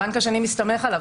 הבנק השני מסתמך עליו.